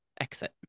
exit